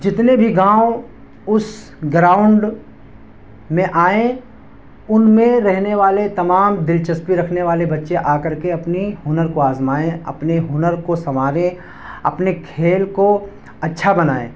جتنے بھی گاؤں اس گراؤنڈ میں آئیں ان میں رہنے والے تمام دلچسپی رکھنے والے بچے آ کر کے اپنی ہنر کو آزمائیں اپنے ہنر کو سنواریں اپنے کھیل کو اچھا بنائیں